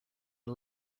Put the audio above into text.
are